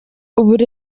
ubundi